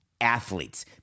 athletes